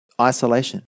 Isolation